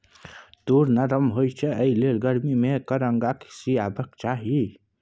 तूर नरम होए छै एहिलेल गरमी मे एकर अंगा सिएबाक चाही